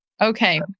Okay